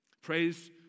Praise